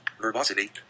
verbosity